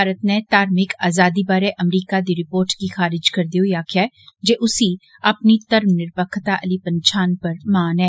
भारत नै धार्मिक अजादी बारै अमरीका दी रिर्पोट गी खारज करदे होई आक्खेआ ऐ जे उसी अपनी धर्मनिरपक्खता आली पन्छान पर मान ऐ